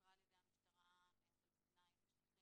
נעצרה על ידי המשטרה הפלסטינאית בשטחים